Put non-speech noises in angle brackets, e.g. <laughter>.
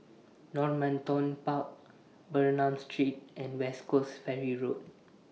<noise> Normanton Park Bernam Street and West Coast Ferry Road